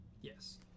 Yes